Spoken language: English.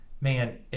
man